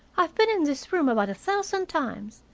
i've been in this room about a thousand times,